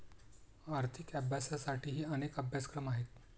आर्थिक अभ्यासासाठीही अनेक अभ्यासक्रम आहेत